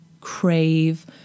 crave